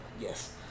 yes